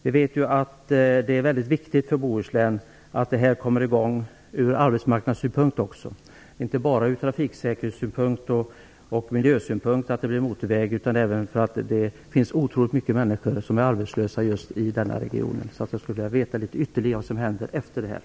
Vi vet att det är väldigt viktigt för Bohuslän att bygget kommer i gång - också ur arbetsmarknadssynpunkt. Det är inte viktigt bara ur trafiksäkerhets och miljösynpunkt att det blir motorväg, utan även därför att det finns otroligt många människor som är arbetslösa just i denna region. Jag skulle vilja veta litet ytterligare om vad som händer efteråt.